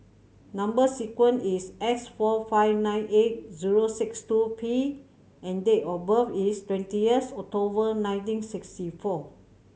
number sequence is S four five nine eight zero six two P and date of birth is twenty of October nineteen sixty four